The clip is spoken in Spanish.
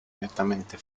netamente